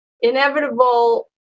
Inevitable